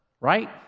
right